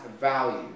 value